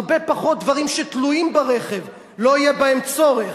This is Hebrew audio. הרבה פחות דברים שתלויים ברכב לא יהיה בהם צורך,